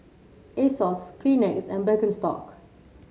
Asos Kleenex and Birkenstock